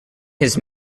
his